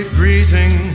greeting